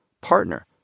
partner